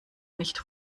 nicht